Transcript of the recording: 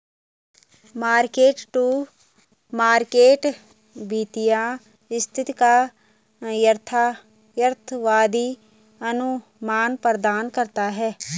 mark to market वित्तीय स्थिति का यथार्थवादी अनुमान प्रदान करता है